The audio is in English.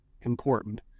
important